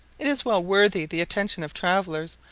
it is well worthy the attention of travellers,